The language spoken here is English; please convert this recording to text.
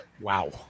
Wow